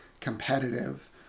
competitive